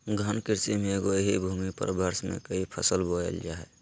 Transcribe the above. गहन कृषि में एगो ही भूमि पर वर्ष में क़ई फसल बोयल जा हइ